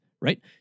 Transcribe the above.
right